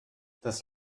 das